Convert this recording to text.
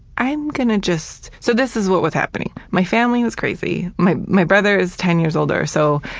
i'm gonna just so, this is what was happening. my family was crazy. my my brother is ten years older, so